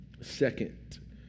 Second